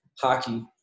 hockey